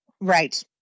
Right